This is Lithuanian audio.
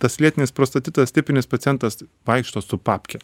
tas lėtinis prostatitas tipinis pacientas vaikšto su papke